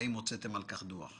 האם הוצאתם על כך דוח?